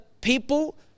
people